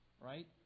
right